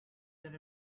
that